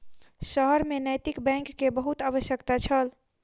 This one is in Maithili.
शहर में नैतिक बैंक के बहुत आवश्यकता छल